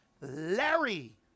Larry